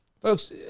Folks